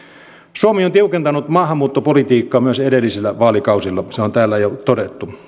suomi on tiukentanut maahanmuuttopolitiikkaa myös edellisillä vaalikausilla se on täällä jo todettu